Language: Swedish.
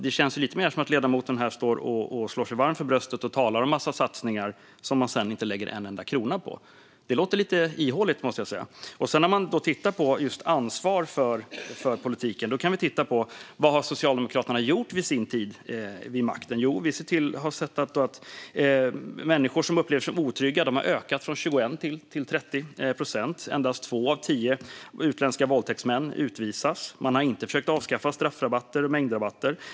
Det känns som om ledamoten talar sig varm om satsningar som man sedan inte lägger en enda krona på. Det låter lite ihåligt, måste jag säga. När det gäller just ansvar för politiken kan vi titta på vad Socialdemokraterna har gjort under sin tid vid makten. Då ser vi att andelen människor som upplever sig som otrygga har ökat från 21 till 30 procent. Endast 2 av 10 utländska våldtäktsmän utvisas. Man har inte försökt avskaffa straffrabatter eller mängdrabatter.